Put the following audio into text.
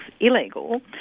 illegal